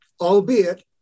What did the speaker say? albeit